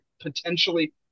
potentially